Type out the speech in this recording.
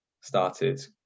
started